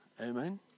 Amen